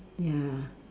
ya